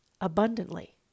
abundantly